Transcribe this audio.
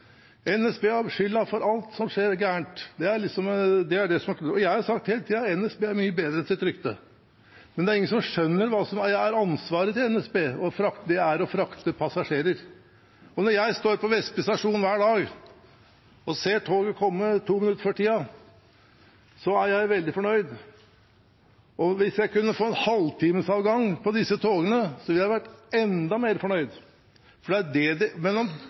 NSB har skylden for alt som går alt. Jeg har hele tiden sagt at NSB er mye bedre enn sitt rykte. Ansvaret til NSB er å frakte passasjerer, og når jeg hver dag står på Vestby stasjon og ser toget komme to minutter før tiden, er jeg veldig fornøyd. Og hvis jeg kunne få halvtimesavgang på disse togene, ville jeg ha vært enda mer fornøyd. Men om toget er grønt eller rødt, om det heter NSB eller Vy: Så lenge det står Stabekk foran på toget når jeg skal innover, eller Moss på toget utover, er det det